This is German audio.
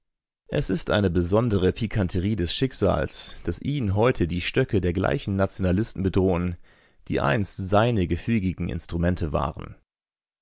es ist eine besondere pikanterie des schicksals daß ihn heute die stöcke der gleichen nationalisten bedrohen die einst seine gefügigen instrumente waren